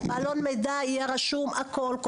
בעלון יהיה רשום הכול,